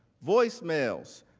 voice mails,